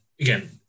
again